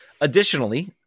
additionally